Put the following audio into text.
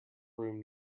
room